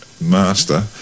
master